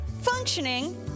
functioning